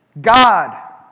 God